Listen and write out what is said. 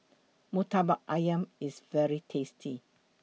Murtabak Ayam IS very tasty